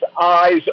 eyes